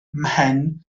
mhen